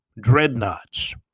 Dreadnoughts